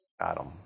Adam